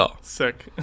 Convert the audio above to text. sick